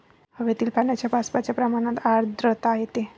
हवेतील पाण्याच्या बाष्पाच्या प्रमाणात आर्द्रता येते